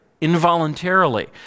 involuntarily